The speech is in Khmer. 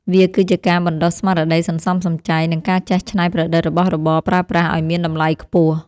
វាគឺជាការបណ្តុះស្មារតីសន្សំសំចៃ និងការចេះច្នៃប្រឌិតរបស់របរប្រើប្រាស់ឱ្យមានតម្លៃខ្ពស់។